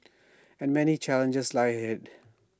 and many challenges lie ahead